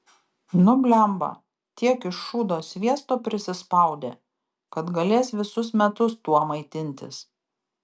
nu blemba tiek iš šūdo sviesto prisispaudė kad galės visus metus tuo maitintis